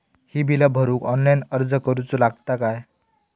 ही बीला भरूक ऑनलाइन अर्ज करूचो लागत काय?